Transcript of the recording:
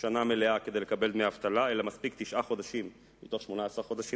שנה מלאה כדי לקבל דמי אבטלה אלא מספיק תשעה חודשים מתוך 18 חודשים,